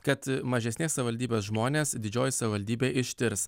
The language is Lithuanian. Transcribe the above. kad mažesnės savivaldybės žmonės didžioji savivaldybė ištirs